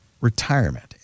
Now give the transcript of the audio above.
retirement